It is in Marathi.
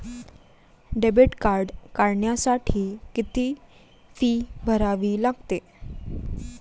डेबिट कार्ड काढण्यासाठी किती फी भरावी लागते?